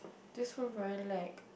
this one very lag